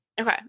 Okay